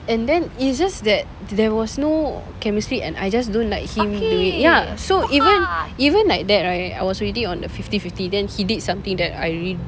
and then it's just that there was no chemistry and I just don't like him eh ya so even even like that right I was already on the fifty fifty then he did something that I really